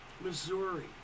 Missouri